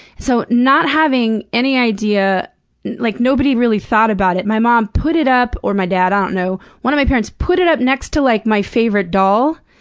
so not having any idea like, nobody really thought about it. my mom put it up or my dad, i don't know. one of my parents put it up next to, like, my favorite doll,